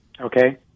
okay